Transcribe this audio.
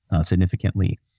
significantly